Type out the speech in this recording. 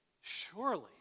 surely